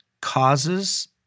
causes